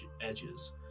edges